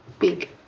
Big